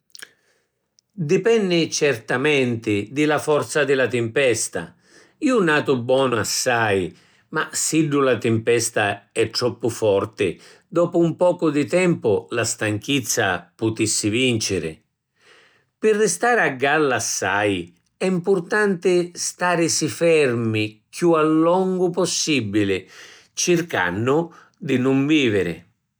Dipenni certamenti di la forza di la timpesta. Ju natu bonu assai, ma siddu la timpesta è troppu forti dopu ‘n pocu di tempu la stanchizza putissi vinciri. Pi ristari a galla assai è mpurtanti starisi fermi chiù a longu possibili, circannu di nun biviri.